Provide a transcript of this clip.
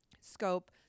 scope